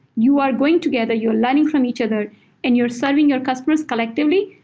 you are going together. you're learning from each other and you're serving your customers collectively,